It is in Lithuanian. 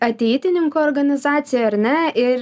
ateitininkų organizacijoj ar ne ir